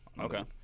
Okay